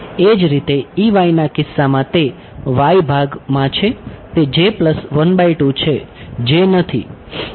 એ જ રીતે ના કિસ્સામાં તે y ભાગ માં છે તે છે નથી